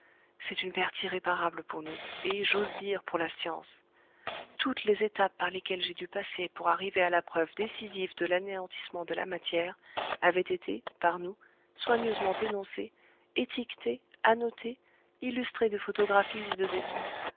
est pleine c'est une perte irréparable pour nous et j'ose dire pour la science toutes les étapes par lesquelles j'ai dû passer pour arriver à la preuve décisive de l'anéantissement de la matière avaient été par nous soigneusement énoncées étiquetées annotées illustrées de photographies et de dessins